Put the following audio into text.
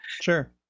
Sure